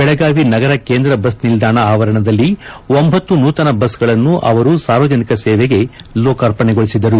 ಬೆಳಗಾವಿ ನಗರ ಕೇಂದ್ರ ಬಸ್ ನಿಲ್ಲಾಣ ಆವರಣದಲ್ಲಿ ಅವರು ಒಂಬತ್ತು ನೂತನ ಬಸ್ಗಳನ್ನು ಸಾರ್ವಜನಿಕ ಸೇವೆಗೆ ಲೋಕಾರ್ಪಣೆಗೊಳಿಸಿದರು